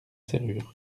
serrure